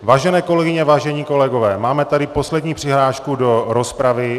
Vážené kolegyně, vážení kolegové, máme tady poslední přihlášku do rozpravy.